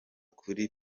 kuri